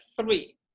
three